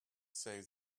say